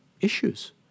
issues